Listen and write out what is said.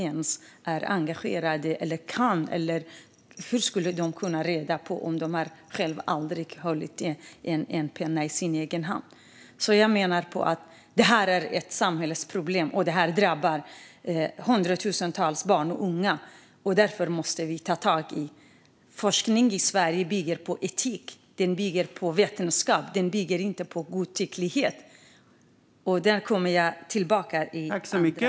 Hur skulle de kunna hålla reda på detta när de själva aldrig har hållit en penna i sin egen hand? Jag menar att detta är ett samhällsproblem, och det drabbar hundratusentals barn och unga. Vi måste därför ta tag i det. Forskning i Sverige bygger på etik och vetenskap. Den bygger inte på godtycklighet. Jag kommer tillbaka till det.